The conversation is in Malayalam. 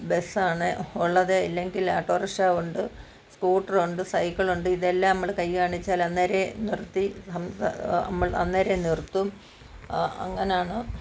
ബസ്സാണ് ഉള്ളത് ഇല്ലെങ്കിൽ ആട്ടോറിക്ഷയുണ്ട് സ്കൂട്ടറുണ്ട് സൈക്കിളുണ്ട് ഇതെല്ലം നമ്മള് കൈ കാണിച്ചാൽ അന്നേരെ നിർത്തി ആ അന്നേരെ നിർത്തും ആ അങ്ങനാണ്